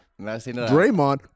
Draymond